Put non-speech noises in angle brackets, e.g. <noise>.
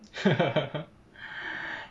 <laughs>